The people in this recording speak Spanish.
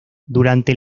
durante